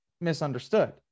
misunderstood